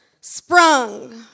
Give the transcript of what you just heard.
Sprung